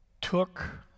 took